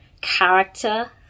character